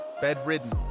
Bedridden